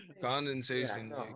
condensation